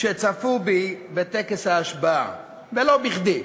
כשצפו בי בטקס ההשבעה, ולא בכדי,